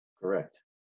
Correct